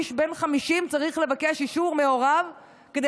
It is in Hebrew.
איש בן 50 צריך לבקש אישור מהוריו כדי